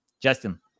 Justin